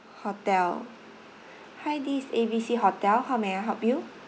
hotel hi this is A B C hotel how may I help you